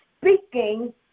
speaking